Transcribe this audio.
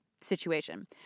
situation